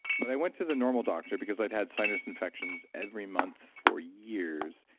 but i went to the normal doctor, because i'd had sinus infections every month for years,